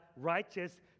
righteous